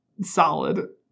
solid